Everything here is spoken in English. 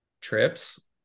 trips